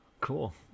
cool